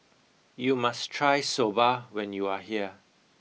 you must try Soba when you are here